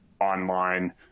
online